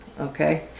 Okay